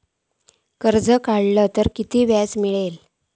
कर्ज काडला तर कीतक्या व्याज मेळतला?